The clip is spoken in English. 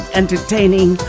entertaining